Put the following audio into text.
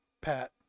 Pat